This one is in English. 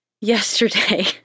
yesterday